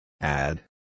Add